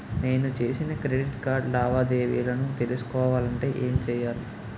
నేను చేసిన credit card లావాదేవీలను తెలుసుకోవాలంటే ఏం చేయాలి?